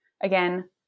Again